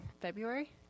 February